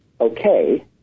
okay